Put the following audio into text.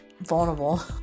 vulnerable